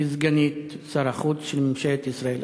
היא סגנית שר החוץ של ממשלת ישראל.